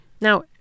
Now